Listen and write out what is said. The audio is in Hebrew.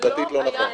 עובדתית זה לא נכון.